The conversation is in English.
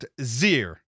Zir